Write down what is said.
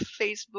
Facebook